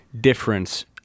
difference